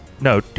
no